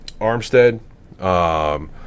Armstead –